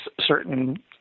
certain